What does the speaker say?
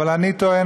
אבל אני טוען,